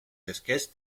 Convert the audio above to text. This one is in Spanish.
sketches